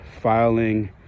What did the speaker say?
filing